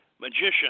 magician